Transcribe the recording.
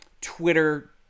Twitter